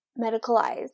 medicalized